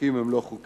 חוקים הם לא חוקים,